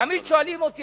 תמיד שואלים אותי,